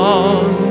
on